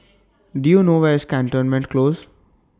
Do YOU know Where IS Cantonment Close